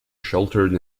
sheltered